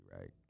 right